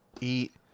eat